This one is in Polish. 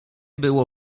było